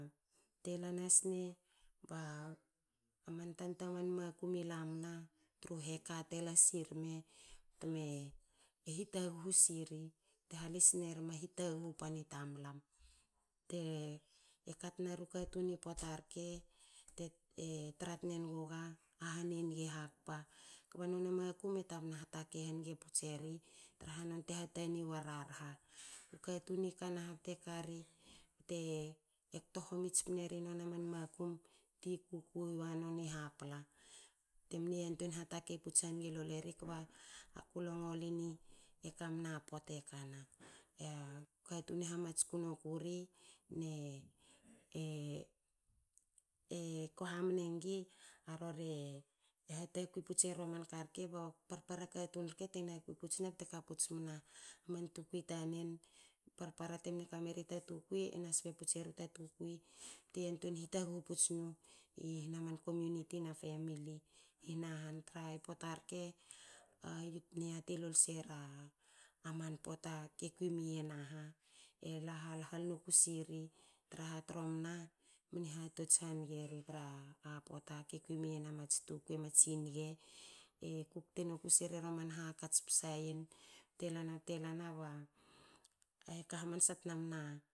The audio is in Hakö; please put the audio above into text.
Tela nasne ba man tana man makum i lamna tru heka te lasirme tme hitaguhu siri bte halis nerma hitaguhu pan i tamlam te katna ru katun. Pota rke te tra tnegaga a han e nge hakpa. kba nona makum e tabna hatakei hange puts eri traha nonte hatani wa rarha. Katun e bte kari bte kto homi tsperi nona man makumbti kukui wa noni hapla. temne yantuei hatakei hange puts lo eri kba ku longlini e kamna pota kana katune hamatsku noku ri ko hamne nigi a rori hatakui puts eruaman karke ba parpara katun rke tena kui puts ne bte kaputs mna tukuitanen. Parpara temn kameri ta tukuite yantuein hitaguhu puts ri hana komuniti na family ihna han, tra i pota rke a yut mne yati lol sera man pota ki kui miyen aha. e hal hal noku siri traha tro mna mne hatots hangeri tra pota ke kui miyen a mats tukui matsi nge kukte noku sirera man hakts psa yen te lana. te lana, ka hamansa tna mna